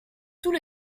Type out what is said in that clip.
tous